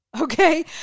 Okay